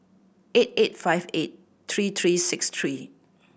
eight eight five eight three three six three